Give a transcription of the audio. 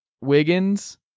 Wiggins